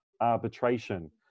arbitration